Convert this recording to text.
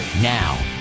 Now